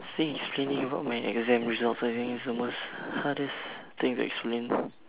think explaining about my exam results I think it's the most hardest thing to explain